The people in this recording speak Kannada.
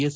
ಎಸ್